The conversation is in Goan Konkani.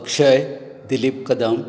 अक्षय दिलीप कदम